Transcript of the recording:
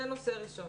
זה נושא ראשון.